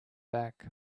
back